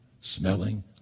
smelling